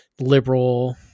liberal